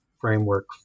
framework